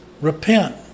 repent